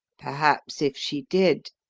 perhaps, if she did.